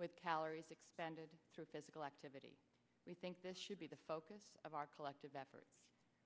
with calories expended through physical activity we think this should be the focus of our collective effort